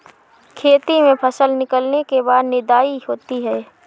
खेती में फसल निकलने के बाद निदाई होती हैं?